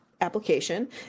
application